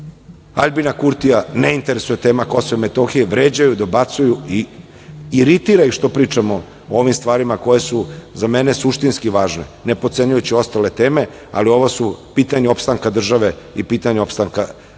Aljbina Kurtija, ne interesuje tema Kosova i Metohije, vređaju, dobacuju i iritira ih što pričamo o ovim stvarima koje su za mene suštinski važne, ne potcenjujući ostale teme, ali ovo su pitanja opstanka države i pitanja opstanka naroda,